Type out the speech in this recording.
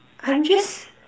I'm just